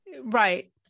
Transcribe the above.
Right